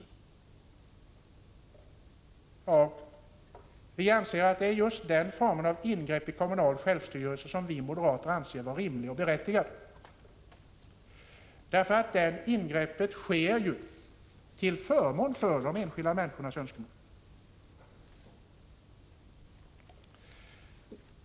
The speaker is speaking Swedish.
Vi moderater anser att det är just den formen av ingrepp i kommunal självstyrelse som är rimlig och berättigad — därför att de ingreppen sker till förmån för de enskilda människornas önskemål.